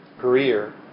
career